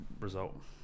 result